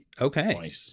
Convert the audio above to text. Okay